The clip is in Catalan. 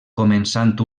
començant